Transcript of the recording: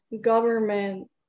government